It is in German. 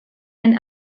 ein